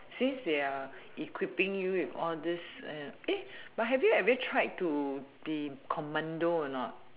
since they are equipping you with all these but have you ever tried be the commando or not